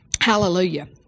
Hallelujah